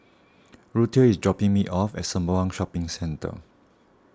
Ruthie is dropping me off at Sembawang Shopping Centre